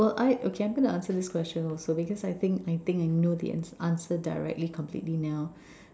well I okay I'm going to answer this question also because I think I think I know the an answer directly completely now